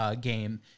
game